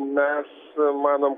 mes manom